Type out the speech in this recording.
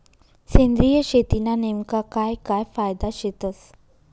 सेंद्रिय शेतीना नेमका काय काय फायदा शेतस?